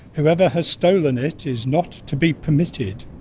whoever has stolen it is not to be permitted,